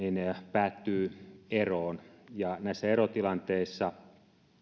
päättyy eroon ja näissä erotilanteissa